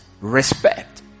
respect